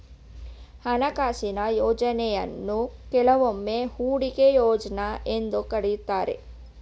ಹಣಕಾಸಿನ ಯೋಜ್ನಯನ್ನು ಕೆಲವೊಮ್ಮೆ ಹೂಡಿಕೆ ಯೋಜ್ನ ಎಂದು ಕರೆಯುತ್ತಾರೆ